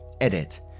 Edit